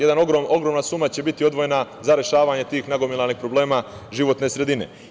Jedna ogromna suma će biti odvojena za rešavanje tih nagomilanih problema životne sredine.